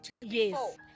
yes